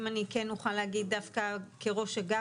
אם אני כן אוכל להגיד דווקא כראש אגף,